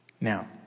Now